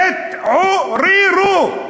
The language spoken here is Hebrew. תתעוררו.